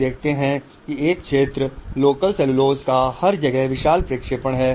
आप देखते हैं कि एक क्षेत्र लोकल सेलूलोज़ का हर जगह विशाल प्रक्षेपण है